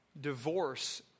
divorce